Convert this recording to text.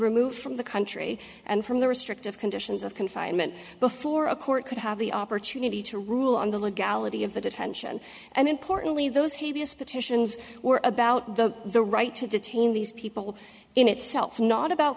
removed from the country and from the restrictive conditions of confinement before a court could have the opportunity to rule on the legality of the detention and importantly those heaviest petitions were about the the right to detain these people in itself not about